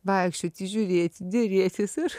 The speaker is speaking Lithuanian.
vaikščioti žiūrėti derėtis ir